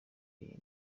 iyi